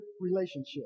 relationship